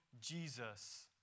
Jesus